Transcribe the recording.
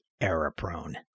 error-prone